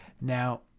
Now